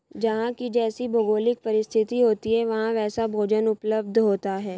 जहां की जैसी भौगोलिक परिस्थिति होती है वहां वैसा भोजन उपलब्ध होता है